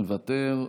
מוותר,